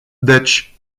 deci